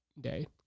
day